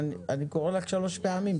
אני קורא לך שלוש פעמים,